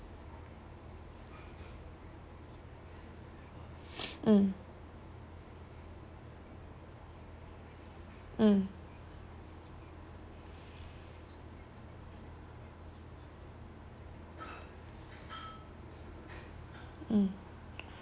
mm